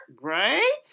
Right